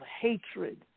hatred